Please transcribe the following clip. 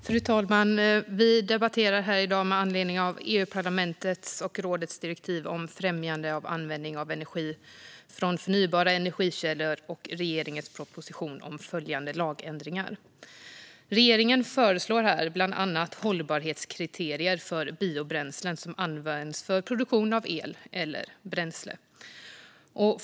Fru talman! Vi har den här debatten med anledning av EU-parlamentets och rådets direktiv om främjande av användning av energi från förnybara energikällor och regeringens proposition om därav följande lagändringar. Regeringen föreslår bland annat hållbarhetskriterier för biobränslen som används för produktion av el eller bränsle.